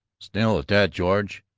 still, at that, george,